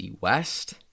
West